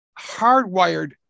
hardwired